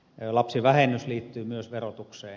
lapsivähennys liittyy myös verotukseen